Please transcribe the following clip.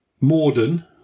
Morden